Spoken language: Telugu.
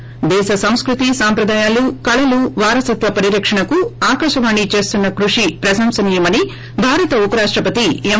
ి ప్రదేశ సంస్కృతి సంప్రదాయాలు కళలు వారసత్వ పరిరక్షణకు ఆకాశవాణి చేస్తున్న కృషి ప్రశంసనీయమని భారత ఉపరాష్టపతి ఎం